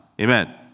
Amen